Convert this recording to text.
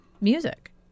music